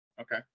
Okay